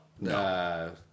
No